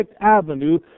Avenue